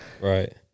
right